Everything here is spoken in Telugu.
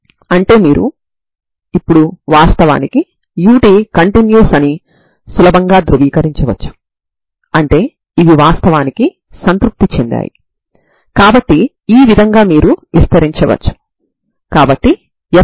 కాబట్టి చివరగా మీరు ఐగెన్ విలువ λ 2 కి అనుగుణంగా sin μ ని ఐగెన్ ఫంక్షన్ గా పొందుతారు ఇక్కడ μnπb a n123